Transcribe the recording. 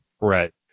Right